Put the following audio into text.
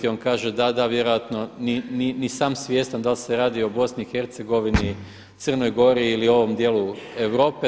On kaže da, da vjerojatno ni sam svjestan dal' se radi o Bosni i Hercegovini, Crnoj Gori ili ovom dijelu Europe.